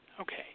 Okay